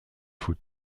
foot